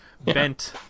bent